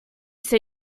say